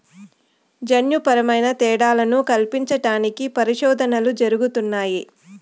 జన్యుపరమైన తేడాలను కల్పించడానికి పరిశోధనలు జరుగుతున్నాయి